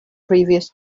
previous